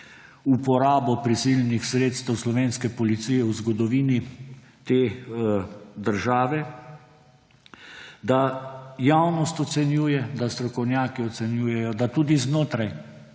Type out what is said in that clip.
uporabo prisilnih sredstev slovenske policije v zgodovini te države, da javnost ocenjuje, da strokovnjaki ocenjujejo, da tudi znotraj